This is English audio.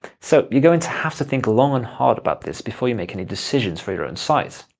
so you're going to have to think long and hard about this before you make any decisions for your own site.